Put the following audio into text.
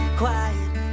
quiet